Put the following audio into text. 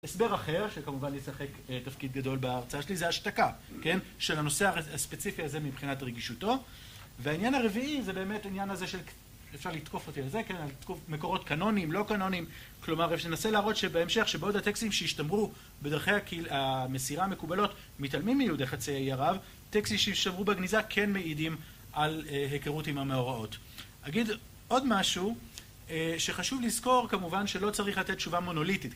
הסבר אחר, שכמובן ישחק תפקיד גדול בהרצאה שלי, זה השתקה, של הנושא הספציפי הזה מבחינת רגישותו. והעניין הרביעי זה באמת עניין הזה של, אפשר לתקוף אותי על זה, כן, מקורות קנונים, לא קנונים, כלומר, אפשר ננסה להראות שבהמשך, שבעוד הטקסטים שהשתמרו, בדרכי המסירה המקובלות מתעלמים מיהודי חצי אי ערב, טקסטים שנשתמרו בגניזה כן מעידים על היכרות עם המאורעות. אגיד עוד משהו, שחשוב לזכור כמובן שלא צריך לתת תשובה מונוליטית.